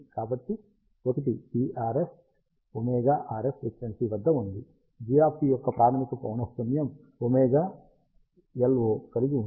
కాబట్టి ఒకటి vRF ωRF frequency వద్ద ఉంది g యొక్క ప్రాథమిక పౌనఃపున్యం ωLO కలిగి ఉంది